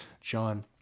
John